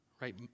Right